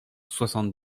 soixante